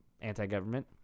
anti-government